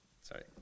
sorry